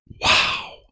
Wow